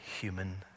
human